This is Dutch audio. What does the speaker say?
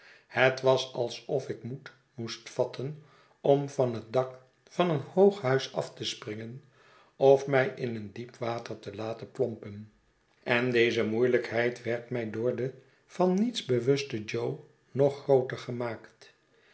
het was alsof ik moed moest vatten om van het dak van een hoog huis af te springen of mij in een diep water te laten plompen en deze moeielijkheid werd mij door den van niets bewusten jo nog grooter gemaakt